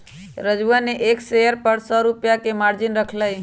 राजूवा ने एक शेयर पर सौ रुपया के मार्जिन रख लय